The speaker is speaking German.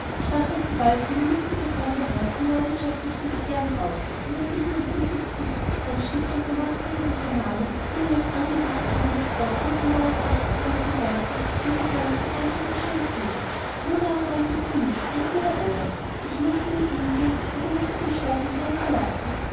stachelten bald seine müßige träumerei zum leidenschaftlichsten begehren auf und aus diesem entwickelte sich durch die anstiftung der machtgierigen brahmanen die ihn als angeblichen ramasproß hier zum mauerbrecher verwenden wollten diese ganze verbrecherische intrige nun aber galt es für mich entweder oder ich mußte mit ihm gehen oder ich mußte stadt und land verlassen